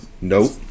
Nope